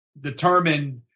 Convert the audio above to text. determined –